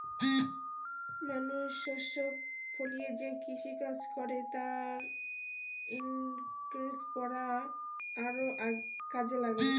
মানুষ শস্য ফলিয়ে যে কৃষিকাজ করে তার ইকনমিক্স পড়া আরও কাজে লাগে